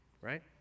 right